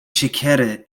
siekiery